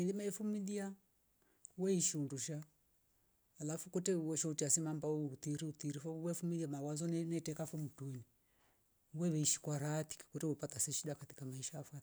Yili meifumilia weishu ndusha alafu kwete wuuosho chesambia mba utiri utirivo we fumilia mawazo nie- nieteka fumtui weve ishi kwa raha tika kuto wepata se shida katika maisha fo